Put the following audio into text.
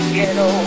ghetto